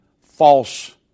false